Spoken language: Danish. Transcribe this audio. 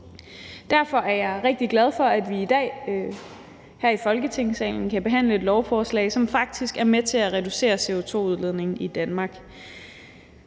Derfor er jeg rigtig glad for, at vi i dag her i Folketingssalen kan behandle et lovforslag, som faktisk er med til at reducere CO2-udledningen i Danmark.